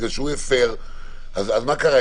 בגלל שהוא הפר, אז מה קרה?